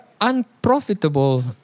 unprofitable